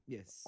Yes